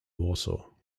warsaw